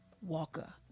Walker